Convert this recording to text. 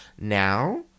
Now